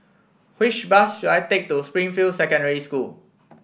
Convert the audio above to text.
which bus should I take to Springfield Secondary School